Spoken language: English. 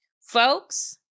Folks